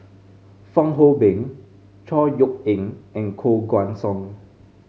Fong Hoe Beng Chor Yeok Eng and Koh Guan Song